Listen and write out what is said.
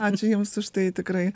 ačiū jiems už tai tikrai